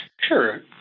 Sure